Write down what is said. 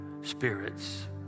spirits